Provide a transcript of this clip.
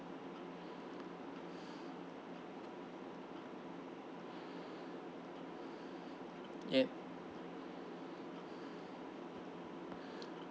yup